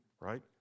right